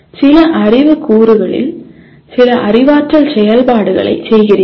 சில அறிவு கூறுகளில் சில அறிவாற்றல் செயல்பாடுகளைச் செய்கிறீர்கள்